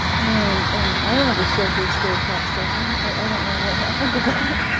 and i remember stouffer's stovetop stuffing i don't know what happened to that.